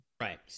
right